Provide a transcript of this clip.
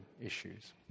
issues